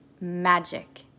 magic